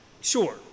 Sure